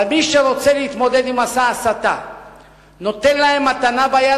אבל מי שרוצה להתמודד עם מסע הסתה נותן להם מתנה ביד,